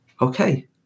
okay